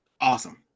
Awesome